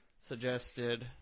suggested